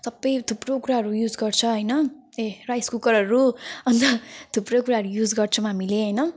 सबै थुप्रो कुराहरू युज गर्छौँ हैन ए राइस कुकरहरू अनि त थुप्रो कुराहरू युज गर्छौँ हामीले हैन